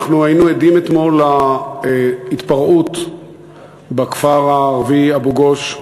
היינו עדים אתמול להתפרעות בכפר הערבי אבו-גוש,